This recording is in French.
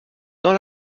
dans